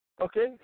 Okay